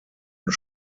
und